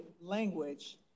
language